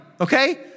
okay